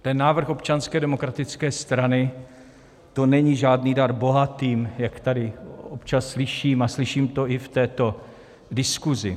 Ten návrh Občanské demokratické strany, to není žádný dar bohatým, jak tady občas slyším, a slyším to i v této diskuzi.